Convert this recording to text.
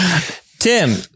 Tim